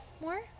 more